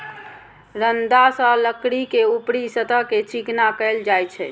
रंदा सं लकड़ी के ऊपरी सतह कें चिकना कैल जाइ छै